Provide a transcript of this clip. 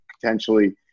potentially